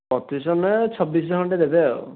ପଚିଶ ଶହ ନୁହେଁ ଛବିଶ ଶହ ଖଣ୍ଡେ ଦେବେ ଆଉ